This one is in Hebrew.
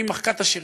היא מחקה את השיר,